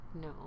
No